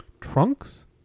Trunks